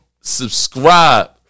subscribe